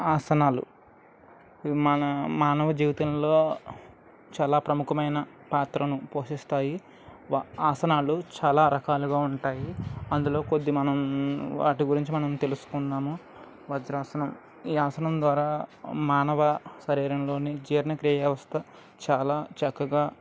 ఆసనాలు మన మానవ జీవితంలో చాలా ప్రముఖమైన పాత్రను పోషిస్తాయి ఆసనాలు చాలా రకాలుగా ఉంటాయి అందులో కొద్ది మనం వాటి గురించి మనం తెలుసుకున్నాము వజ్రాసనం ఈ ఆసనం ద్వారా మానవ శరీరంలోని జీర్ణ క్రిీయ వ్యవస్థ చాలా చక్కగా